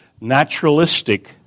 naturalistic